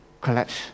collapse